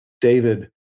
David